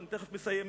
אני תיכף מסיים.